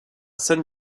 san